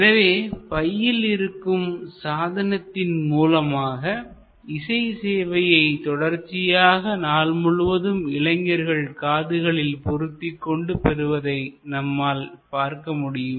எனவே பையில் இருக்கும் சாதனத்தின் மூலமாக இசை சேவையை தொடர்ச்சியாக நாள் முழுவதும் இளைஞர்கள் காதுகளில் பொருத்திக்கொண்டு பெறுவதை நம்மால் பார்க்க முடியும்